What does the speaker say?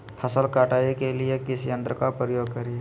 फसल कटाई के लिए किस यंत्र का प्रयोग करिये?